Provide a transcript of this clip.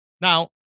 Now